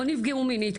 או נפגעו מינית,